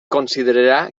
considerarà